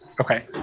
Okay